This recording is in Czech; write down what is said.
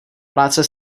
práce